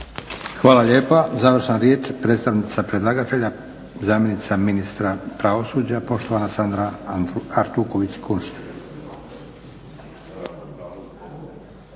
Hvala lijepa. Završna riječ, predstavnica predlagatelja zamjenica ministra pravosuđa poštovana Sandra Artuković Kunšt.